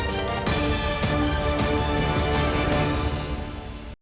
Дякую.